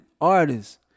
artists